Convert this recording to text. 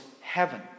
heaven